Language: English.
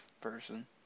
person